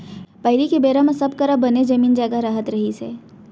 पहिली के बेरा म सब करा बने जमीन जघा रहत रहिस हे